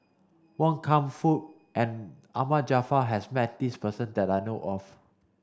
Wan Kam Fook and Ahmad Jaafar has met this person that I know of